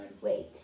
Wait